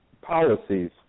policies